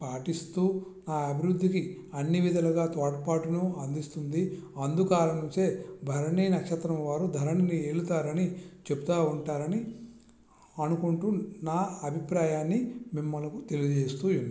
పాటిస్తు ఆ అభివృద్ధికి అన్ని విధాలుగా తోడ్పాటును అందిస్తుంది అందు కారణం చేత భరణీ నక్షత్రం వారు ధరణిని ఏలుతారని చెప్తు ఉంటారని అనుకుంటు నా అభిప్రాయాన్ని మిమ్ములకు తెలియ చేస్తు ఉన్నాను